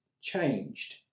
changed